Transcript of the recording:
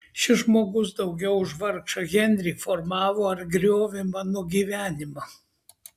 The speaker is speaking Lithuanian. šis žmogus daugiau už vargšą henrį formavo ar griovė mano gyvenimą